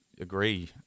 agree